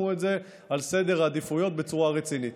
את זה בסדר העדיפויות בצורה רצינית.